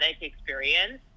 experience